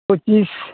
ᱯᱩᱪᱤᱥ